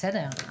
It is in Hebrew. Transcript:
בסדר,